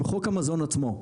אם חוק המזון עצמו,